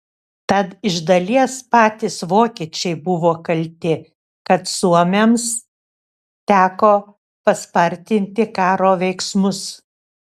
tad iš dalies patys vokiečiai buvo kalti kad suomiams teko paspartinti karo veiksmus